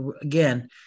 Again